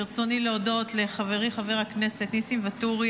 ברצוני להודות לחברי חבר הכנסת ניסים ואטורי